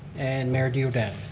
and mayor diodati.